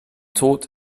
tod